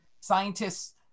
scientists